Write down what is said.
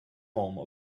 home